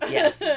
Yes